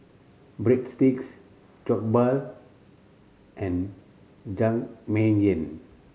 Breadsticks Jokbal and Jajangmyeon